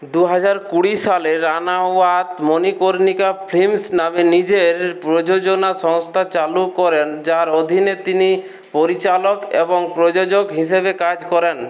দু হাজার কুড়ি সালে রানাওয়াত মণিকর্ণিকা ফিল্মস নামে নিজের প্রযোজনা সংস্থা চালু করেন যার অধীনে তিনি পরিচালক এবং প্রযোজক হিসাবে কাজ করেন